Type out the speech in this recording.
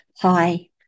Hi